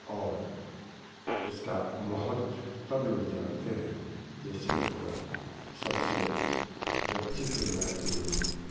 और इसका महत्व तब लोग जानते हैं जैसे घोड़ा सबसे जब चित्र बना कर लोग